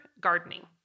gardening